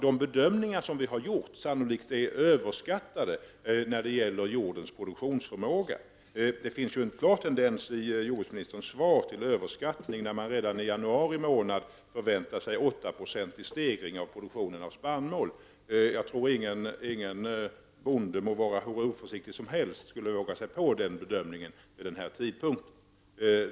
De bedömningar som vi har gjort beträffande jordens produktionsförmåga är sannolikt överskattade. Det finns en klar tendens till överskattning i jordbruksministerns svar, när man redan i januari månad förväntar sig en 8-procentig stegring av produktionen av spannmål. Jag tror ingen bonde, han må vara hur oförsiktig som helst, skulle våga sig på den bedömningen vid den här tidpunkten.